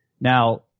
Now